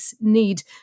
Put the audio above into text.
need